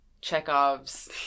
Chekhov's